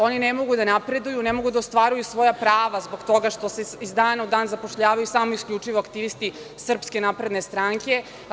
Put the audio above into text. Oni ne mogu da napreduju, ne mogu da ostvaruju svoja prava zbog toga što se iz dana u dan zapošljavaju samo isključivo aktivisti SNS.